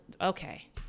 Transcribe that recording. Okay